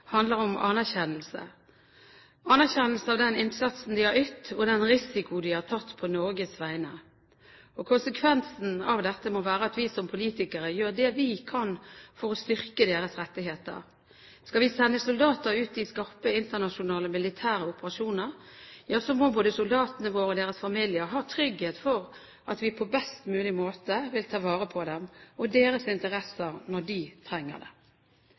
handler om anerkjennelse, anerkjennelse av den innsatsen de har ytt, og den risiko de har tatt på Norges vegne. Konsekvensen av dette må være at vi som politikere gjør det vi kan for å styrke deres rettigheter. Skal vi sende soldater ut i skarpe internasjonale militære operasjoner, ja så må både soldatene våre og deres familier ha trygghet for at vi på best mulig måte vil ta vare på dem og deres interesser når de trenger det.